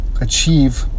achieve